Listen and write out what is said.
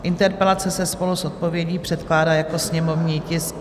Interpelace se spolu s odpovědí předkládá jako sněmovní tisk 418.